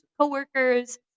coworkers